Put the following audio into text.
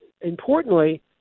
importantly